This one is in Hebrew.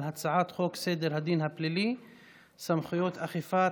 הצעת חוק סדר הדין הפלילי (סמכויות אכיפה,